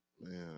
man